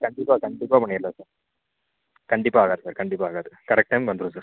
கண்டிப்பாக கண்டிப்பாக பண்ணிடலாம் சார் கண்டிப்பாக ஆகாது சார் கண்டிப்பாக ஆகாது கரெக்ட் டைமுக்கு வந்துடும்